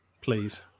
Please